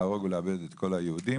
להרוג ולאבד את כל היהודים.